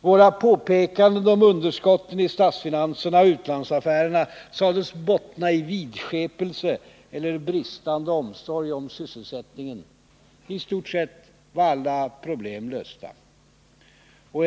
Våra påpekanden om underskotten i statsfinanserna och utlandsaffärerna sades bottna i vidskepelse eller bristande omsorg om sysselsättningen. I stort sett var alla problem lösta.